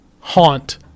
haunt